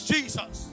Jesus